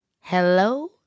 Hello